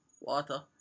Water